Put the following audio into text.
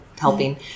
helping